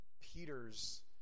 Peter's